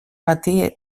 bati